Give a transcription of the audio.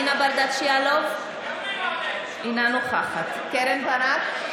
יאלוב, אינה נוכחת קרן ברק,